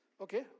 okay